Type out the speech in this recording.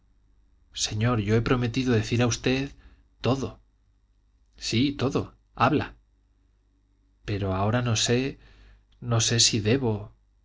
señor yo he prometido decir a usted todo sí todo habla pero ahora no sé no sé si debo